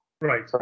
Right